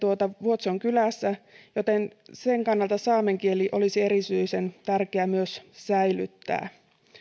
vuotson kylässä joten myös sen kannalta saamen kieli olisi erityisen tärkeä säilyttää